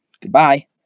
Goodbye